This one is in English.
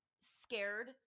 scared